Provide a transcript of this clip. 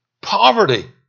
poverty